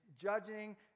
judging